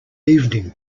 evening